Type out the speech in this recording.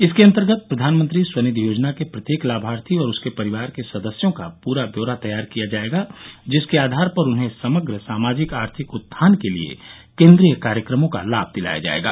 इसके अंतर्गत प्रधानमंत्री स्वनिधि योजना के प्रत्येक लाभार्थी और उसके परिवार के सदस्यों का पूरा ब्यौरा तैयार किया जाएगा जिसके आधार पर उन्हें समग्र सामाजिक आर्थिक उत्थान के लिए केंद्रीय कार्यक्रमों का लाभ दिलाया जाएगा